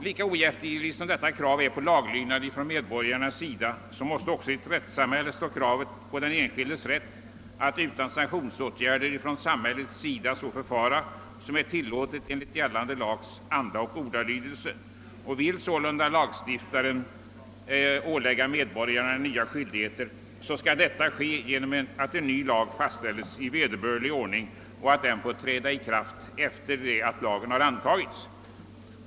Lika oeftergivligt som detta krav på laglydnad hos medborgarna är måste också i ett rättssamhälle kravet vara på den enskildes rätt att utan sanktionsåtgärder från samhället förfara så som är tillåtet enligt gällande lags anda och ordalydelse. Om lagstiftaren sålunda vill ålägga medborgaren nya skyldigheter, skall detta ske genom att en ny lag fastställes i vederbörlig ordning och får träda i kraft sedan lagen antagits.